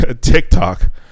TikTok